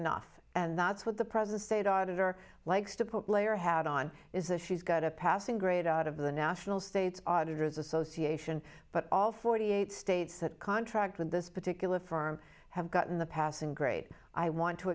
enough and that's what the present state auditor likes to put layer hat on is that she's got a passing grade out of the national state auditors association but all forty eight states that contract with this particular firm have gotten the passing grade i want to